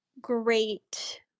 great